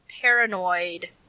paranoid